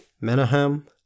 menahem